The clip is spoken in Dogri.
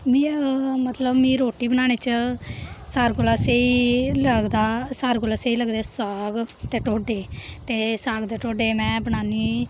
मी मतलब मी रोटी बनाने च सारें कोला स्हेई लगदा सारें कोला स्हेई लगदा साग ते ढोडे ते साग ते ढोडे में बनान्नीं